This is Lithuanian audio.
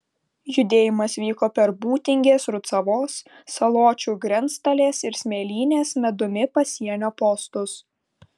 judėjimas vyko per būtingės rucavos saločių grenctalės ir smėlynės medumi pasienio postus